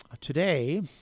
Today